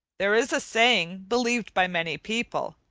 there is a saying, believed by many people,